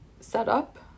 setup